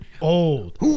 old